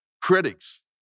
Critics